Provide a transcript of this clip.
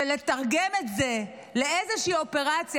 לתרגם את זה לאיזושהי אופרציה,